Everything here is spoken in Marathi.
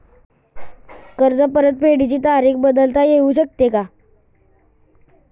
कर्ज परतफेडीची तारीख बदलता येऊ शकते का?